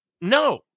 No